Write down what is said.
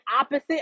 opposite